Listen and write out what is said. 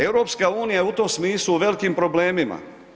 EU je u tom smislu u velikim problemima.